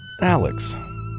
Alex